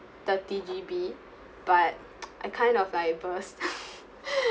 thirty G_B but I kind of like burst